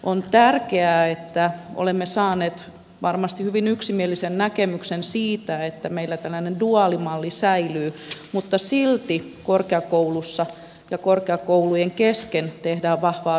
on tärkeää että olemme saaneet varmasti hyvin yksimielisen näkemyksen siitä että meillä tällainen duaalimalli säilyy mutta silti korkeakouluissa ja korkeakoulujen kesken tehdään vahvaa yhteistyötä